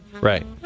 Right